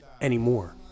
Anymore